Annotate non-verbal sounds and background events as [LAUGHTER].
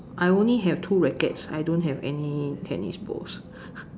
I only have two rackets I don't have any tennis balls [LAUGHS]